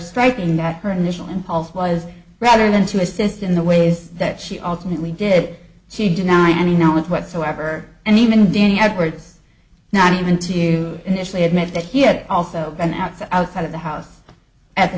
striking that her initial impulse was rather than to assist in the ways that she ultimately did she deny any knowledge whatsoever and even danny edwards not even to initially admit that he had also been at sea outside of the house at the